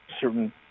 certain